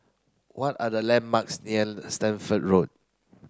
what are the landmarks near Stamford Road